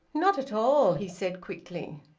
not at all, he said quickly.